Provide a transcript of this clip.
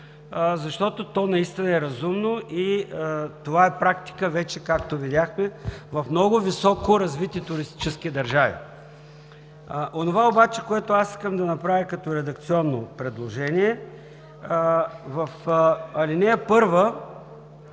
защото то наистина е разумно и това е практика вече, както видяхме, в много високоразвити туристически държави. Онова обаче, което аз искам да направя като редакционно предложение, в ал. 1